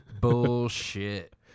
Bullshit